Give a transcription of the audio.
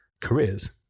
careers